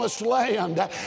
Land